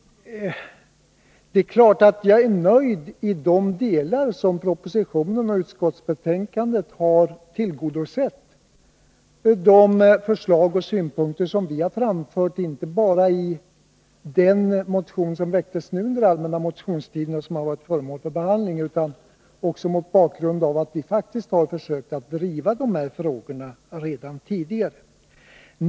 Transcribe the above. Jag är nöjd i de delar som propositionen och utskottsmajoriteten har tillgodosett våra krav. Vi har framfört förslag och synpunkter inte bara i den motion som vi väckt under den allmänna motionstiden och som blivit föremål för behandling, utan vi har faktiskt också försökt att driva de här frågorna redan tidigare.